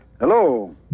Hello